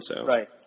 Right